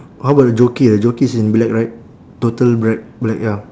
how about the jockey ah jockey is in black right total black black ya